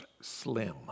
slim